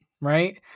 right